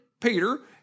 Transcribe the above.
Peter